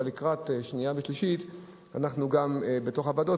אבל לקראת קריאה שנייה ושלישית אנחנו גם בוועדות,